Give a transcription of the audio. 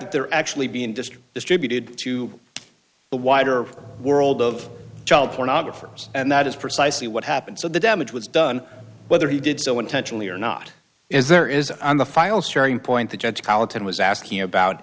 that they're actually being just distributed to the wider world of child pornographers and that is precisely what happened so the damage was done whether he did so intentionally or not is there is on the file sharing point that judge politan was asking about